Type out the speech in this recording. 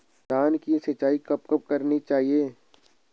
धान की सिंचाईं कब कब करनी चाहिये?